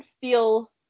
feel